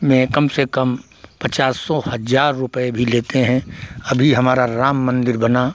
में कम से कम पचासों हज़ार रुपये भी लेते हैं अभी हमारा राम मन्दिर बना